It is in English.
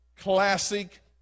classic